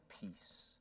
peace